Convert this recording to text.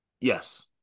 Yes